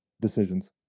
decisions